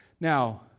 now